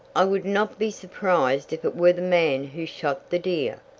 i would not be surprised if it were the man who shot the deer,